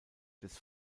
des